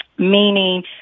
Meaning